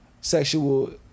sexual